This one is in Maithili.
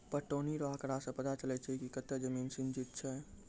पटौनी रो आँकड़ा से पता चलै छै कि कतै जमीन सिंचित छै